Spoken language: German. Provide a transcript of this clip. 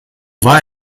war